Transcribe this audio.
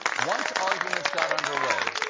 once arguments got underway,